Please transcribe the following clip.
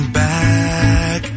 back